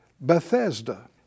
Bethesda